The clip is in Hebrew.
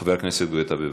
חבר הכנסת גואטה, בבקשה,